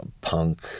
punk